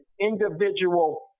individual